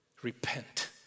Repent